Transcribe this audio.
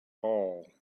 all